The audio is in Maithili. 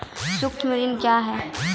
सुक्ष्म ऋण क्या हैं?